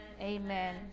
Amen